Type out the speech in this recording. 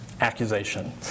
accusation